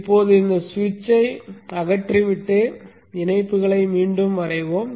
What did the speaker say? இப்போது இந்த சுவிட்சை அகற்றிவிட்டு இணைப்புகளை மீண்டும் வரைவோம்